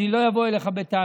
אני לא אבוא אליך בטענות,